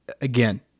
again